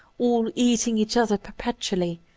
all eating each other perpetu ally,